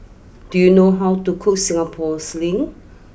do you know how to cook Singapore sling